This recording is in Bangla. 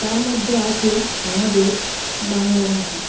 তার মধ্যে আছে আমাদের বাংলা ভাষা